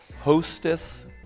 hostess